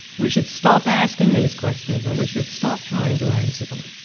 we should stop asking these questions and we should stop trying to answer them.